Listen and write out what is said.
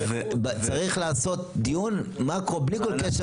צריך לעשות דיון בלי כל קשר,